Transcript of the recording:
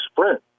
sprint